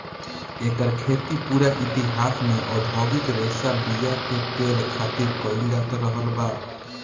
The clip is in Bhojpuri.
एकर खेती पूरा इतिहास में औधोगिक रेशा बीया के तेल खातिर कईल जात रहल बा